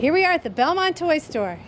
here we're at the belmont toy store